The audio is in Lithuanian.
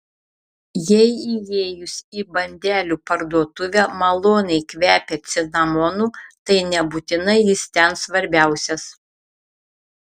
jei įėjus į bandelių parduotuvę maloniai kvepia cinamonu tai nebūtinai jis ten svarbiausias